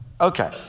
Okay